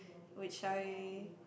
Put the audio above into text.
which I